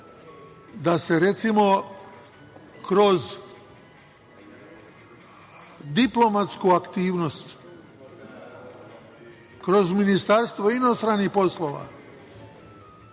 da se kroz diplomatsku aktivnost, kroz Ministarstvo inostranih poslova,